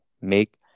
make